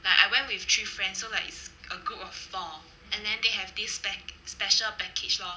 like I went with three friends so it's like a group of four and then they have this spe~ special package lor